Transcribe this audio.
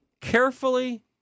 carefully